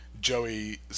Joey